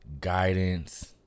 guidance